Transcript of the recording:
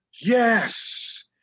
Yes